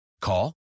Call